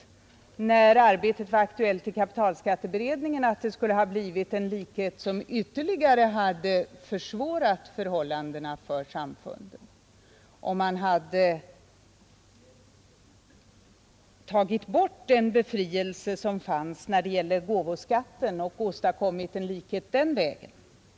När frågan var aktuell förra året höll det på att bli en likhet som ytterligare skulle ha försvårat förhållandena för samfunden. Kapitalskatteberedningen hade ju föreslagit att man skulle ta bort befrielsen från gåvoskatt och alltså åstadkomma likhet i fel riktning.